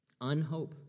Unhope